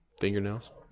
Fingernails